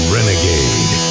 Renegade